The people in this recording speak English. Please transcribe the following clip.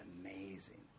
amazing